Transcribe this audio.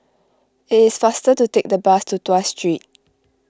it is faster to take the bus to Tuas Street